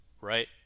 right